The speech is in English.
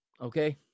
okay